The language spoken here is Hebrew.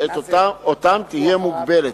אותן תהיה מוגבלת.